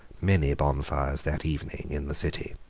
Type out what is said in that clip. many bonfires that evening in the city.